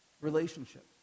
relationship